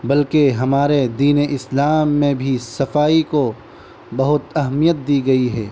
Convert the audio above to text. بلکہ ہمارے دین اسلام میں بھی صفائی کو بہت اہمیت دی گئی ہے